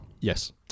yes